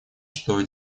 что